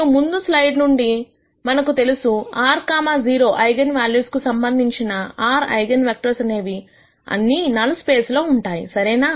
మరియు ముందు స్లైడ్ నుండి మనకు తెలుసు r 0 ఐగన్ వాల్యూస్ కు సంబంధించిన r ఐగన్ వెక్టర్స్ అనేవి అన్నీ నల్ స్పేస్ లో ఉంటాయి సరేనా